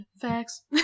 Facts